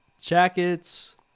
Jackets